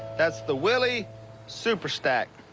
that's the willie superstack.